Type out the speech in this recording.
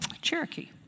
Cherokee